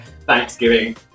Thanksgiving